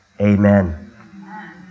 Amen